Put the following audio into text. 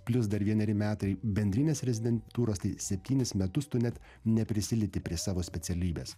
plius dar vieneri metai bendrinės rezidentūros tai septynis metus tu net neprisilieti prie savo specialybės